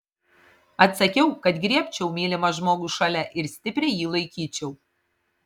atsakiau kad griebčiau mylimą žmogų šalia ir stipriai jį laikyčiau